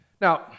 Now